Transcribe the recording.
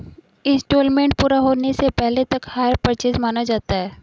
instalment पूरा होने से पहले तक हायर परचेस माना जाता है